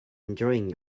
enjoying